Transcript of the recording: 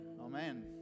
Amen